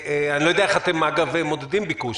אני לא יודע איך אתם מודדים ביקוש.